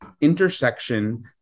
intersection